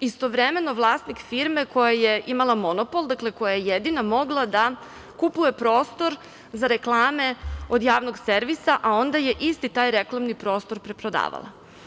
istovremeno vlasnik firme koja je imala monopol, dakle koja je jedina mogla da kupuje prostor za reklame od javnog servisa, a onda je isti taj reklamni prostor preprodavala.